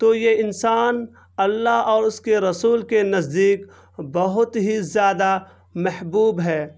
تو یہ انسان اللہ اور اس کے رسول کے نزدیک بہت ہی زیادہ محبوب ہے